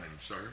Sir